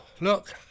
Look